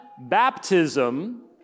baptism